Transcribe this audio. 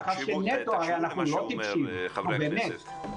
אנחנו לא טיפשים, באמת.